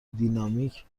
دینامیک